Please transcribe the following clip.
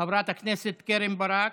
חברת הכנסת קרן ברק,